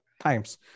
times